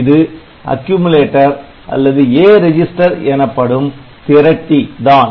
இது Accumulator அல்லது A register எனப்படும் 'திரட்டி' தான்